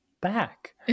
back